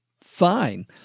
fine